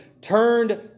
turned